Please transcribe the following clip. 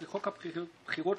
להזויים, למשיחיסטים.